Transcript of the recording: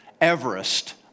Everest